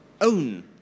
own